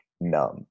numb